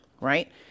right